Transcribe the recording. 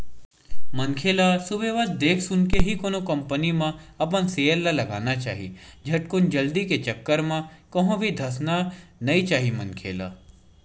मनखे ल सुबेवत देख सुनके ही कोनो कंपनी म अपन सेयर ल लगाना चाही झटकुन जल्दी के चक्कर म कहूं भी धसना नइ चाही मनखे ल